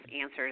answers